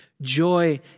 joy